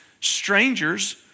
strangers